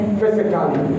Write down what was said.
physically